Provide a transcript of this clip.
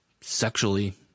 sexually